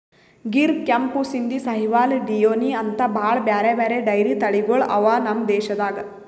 ಗಿರ್, ಕೆಂಪು ಸಿಂಧಿ, ಸಾಹಿವಾಲ್, ಡಿಯೋನಿ ಅಂಥಾ ಭಾಳ್ ಬ್ಯಾರೆ ಬ್ಯಾರೆ ಡೈರಿ ತಳಿಗೊಳ್ ಅವಾ ನಮ್ ದೇಶದಾಗ್